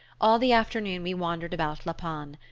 all the afternoon we wandered about la panne.